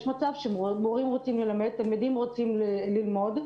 יש מצב שמורים רוצים ללמד, תלמידים רוצים ללמוד,